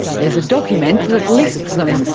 there's a document that lists them,